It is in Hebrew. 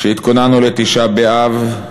כשהתכוננו לתשעה באב,